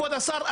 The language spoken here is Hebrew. כבוד השר,